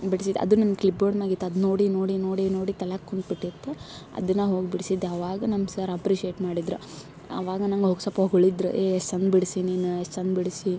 ಬಿಡ್ಸಿದೆ ಅದು ನನ್ನ ಕ್ಲಿಪ್ ಬೋರ್ಡ್ನ್ಯಾಗಿತ್ತು ಅದು ನೋಡಿ ನೋಡಿ ನೋಡಿ ನೋಡಿ ತಲ್ಯಾಗೆ ಕುಂತ್ಬಿಟ್ಟಿತ್ತು ಅದು ನಾ ಹೋಗಿ ಬಿಡ್ಸಿದ್ದೆ ಅವಾಗ ನಮ್ಮ ಸರ್ ಆಪ್ರಿಶಿಯೇಟ್ ಮಾಡಿದ್ರ ಅವಾಗ ನಂಗೆ ಹೋಗಿ ಸ್ವಲ್ಪ ಹೊಗ್ಳಿದ್ರ ಏ ಎಷ್ಟು ಚಂದ್ ಬಿಡಿಸಿ ನೀನು ಎಷ್ಟು ಚಂದ್ ಬಿಡಿಸಿ